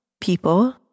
People